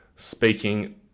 Speaking